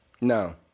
No